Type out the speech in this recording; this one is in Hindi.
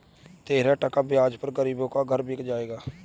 तेरह टका ब्याज पर गरीब का घर बिक जाएगा